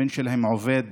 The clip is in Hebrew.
הבן שלהם עובד